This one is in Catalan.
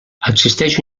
existeix